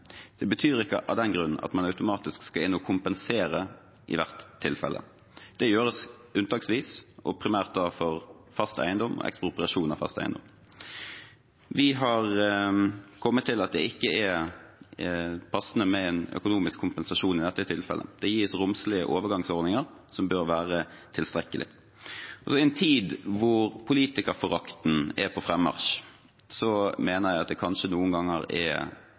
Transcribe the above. Det betyr ikke av den grunn at man automatisk skal inn og kompensere i hvert tilfelle. Det gjøres unntaksvis og primært ved ekspropriasjon av fast eiendom. Vi har kommet til at det ikke er passende med en økonomisk kompensasjon i dette tilfellet. Det gis romslige overgangsordninger, som bør være tilstrekkelig. I en tid hvor politikerforakten er på frammarsj, mener jeg at det noen ganger er